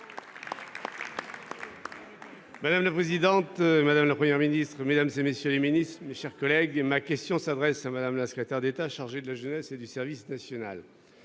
Madame la présidente, madame, la Première ministre Mesdames et messieurs les ministres, mes chers collègues, ma question s'adresse à Madame, la secrétaire d'État chargée de la jeunesse et du service national